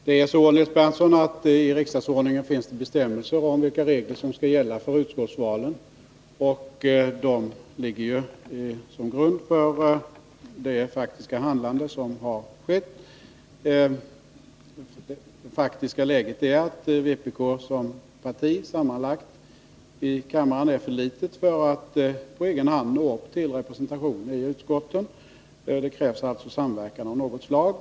Herr talman! Det är så, Nils Berndtson, att det i riksdagsordningen finns angivet vilka regler som skall gälla för utskottsvalen, och de har legat till grund för det faktiska handlandet. Det verkliga läget är det att vpk som parti är för litet för att på egen hand kunna få representation i utskotten. Det krävs alltså samverkan av något slag.